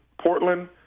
Portland –